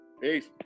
Peace